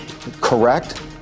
correct